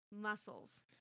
muscles